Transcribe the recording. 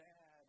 Dad